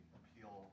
appeal